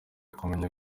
kumenya